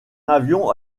avion